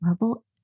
level